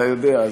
אתה יודע,